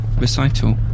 recital